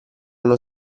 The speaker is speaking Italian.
uno